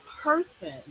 person